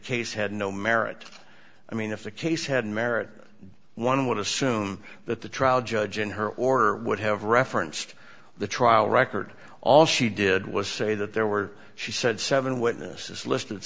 case had no merit i mean if the case had merit one would assume that the trial judge in her order would have referenced the trial record all she did was say that there were she said seven witnesses listed